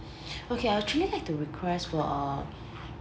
okay I'll actually like to request for a